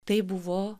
tai buvo